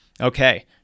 Okay